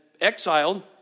exiled